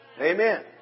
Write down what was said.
Amen